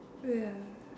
ya